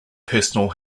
personal